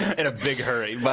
in a big hurry, bi